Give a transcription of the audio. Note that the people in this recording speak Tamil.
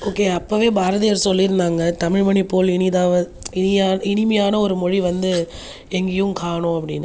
ஓகே அப்போவே பாரதியார் சொல்லியிருந்தாங்க தமிழ் மணிப் போல் இனிதாவது இனி இனிமையான ஒரு மொழி வந்து எங்கேயும் காணும் அப்படின்னு